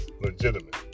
legitimate